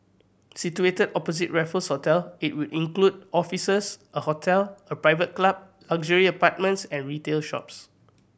situated opposite Raffles Hotel it will include offices a hotel a private club luxury apartments and retail shops